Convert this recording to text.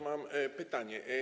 Mam pytanie.